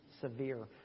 severe